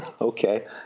okay